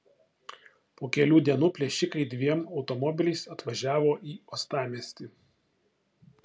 po kelių dienų plėšikai dviem automobiliais atvažiavo į uostamiestį